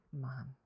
Mom